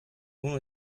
uno